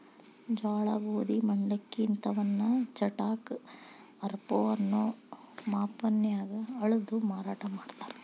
ಜೋಳ, ಗೋಧಿ, ಮಂಡಕ್ಕಿ ಇಂತವನ್ನ ಚಟಾಕ, ಆರಪೌ ಅನ್ನೋ ಮಾಪನ್ಯಾಗ ಅಳದು ಮಾರಾಟ ಮಾಡ್ತಾರ